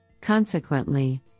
Consequently